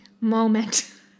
moment